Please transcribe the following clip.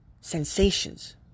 sensations